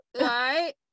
right